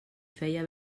feia